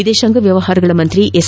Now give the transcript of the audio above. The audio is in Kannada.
ವಿದೇಶಾಂಗ ವ್ಯವಹಾರಗಳ ಸಚಿವ ಎಸ್